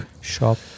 Shop